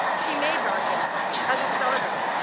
she made varsity as a starter,